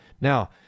Now